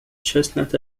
chestnut